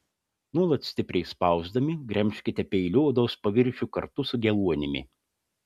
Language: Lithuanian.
nuolat stipriai spausdami gremžkite peiliu odos paviršių kartu su geluonimi